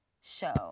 show